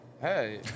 Hey